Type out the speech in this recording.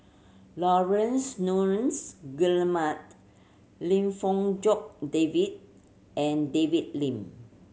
Laurence Nunns Guillemard Lim Fong Jock David and David Lim